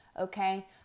Okay